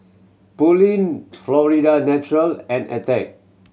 Pureen Florida Natural and Attack